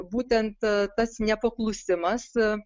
būtent tas nepaklusimas